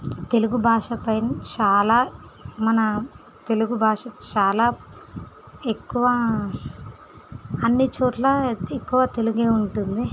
తెలుగు భాషపై చాలా మన తెలుగు భాష చాలా ఎక్కువ అన్ని చోట్ల ఎక్కువ తెలుగే ఉంటుంది